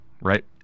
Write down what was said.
right